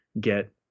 get